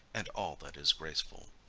and all that is graceful.